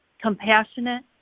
compassionate